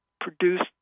produced